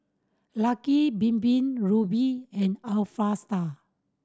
Lucky Bin Bin Rubi and Alpha Star